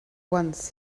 once